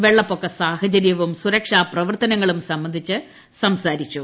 വെള്ളപ്പൊക്ക സാഹചര്യവും സുരക്ഷാ പ്രവർത്തനങ്ങളും സംബന്ധിച്ച് സംസാരിച്ചു